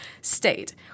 state